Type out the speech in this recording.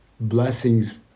blessings